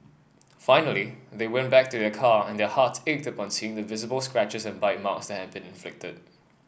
finally they went back to their car and their hearts ached upon seeing the visible scratches and bite marks that had been inflicted